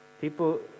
people